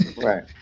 Right